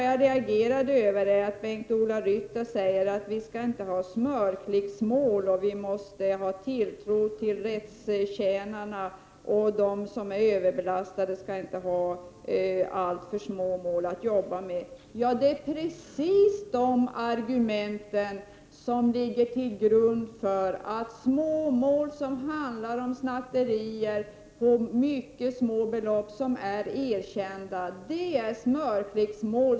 Jag reagerade över att Bengt-Ola Ryttar sade att vi inte skall ha några smörklicksmål, att vi måste ha tilltro till rättstjänarna och att de som är överbelastade inte skall ha alltför små mål att arbeta med. Det är precis de argument som ligger till grund för inställningen att småmål som handlar om erkända snatterier för mycket små belopp skall betraktas som smörklicksmål.